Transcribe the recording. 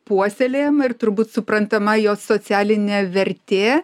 puoselėjama ir turbūt suprantama jos socialinė vertė